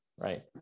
right